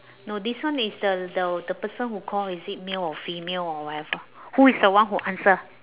no this one is the the the person who call is it male or female or whatever who is the one who answer